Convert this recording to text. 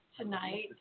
tonight